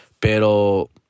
Pero